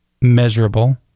measurable